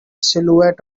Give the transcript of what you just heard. silhouette